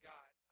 God